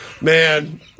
Man